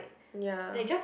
ya